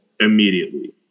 immediately